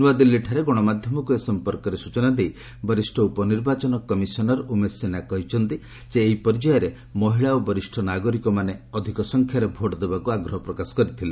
ନ୍ତାଦିଲ୍ଲୀଠାରେ ଗଣମାଧ୍ୟମକୁ ଏ ସମ୍ପର୍କରେ ସ୍ଟଚନା ଦେଇ ବରିଷ୍ଣ ଉପନିର୍ବାଚନ କମିଶନର ଉମେଶ ସିହ୍ନା କହିଛନ୍ତି ଯେ ଏହି ପର୍ଯ୍ୟାୟରେ ମହିଳା ଓ ବରିଷ୍ଠ ନାଗରିକମାନେ ଅଧିକ ସଂଖ୍ୟାରେ ଭୋଟ୍ ଦେବାକୁ ଆଗ୍ରହ ପ୍ରକାଶ କରିଥିଲେ